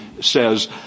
says